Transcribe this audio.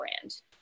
brand